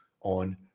on